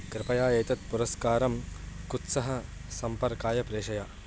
कृपया एतत् पुरस्कारं कुत्सः सम्पर्काय प्रेषय